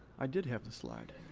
i did have the slide.